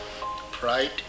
Pride